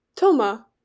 Toma